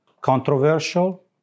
controversial